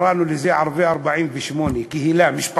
וקראנו לזה: ערביי 48'. זו קהילה,